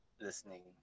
listening